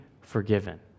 forgiven